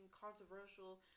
controversial